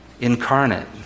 incarnate